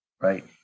Right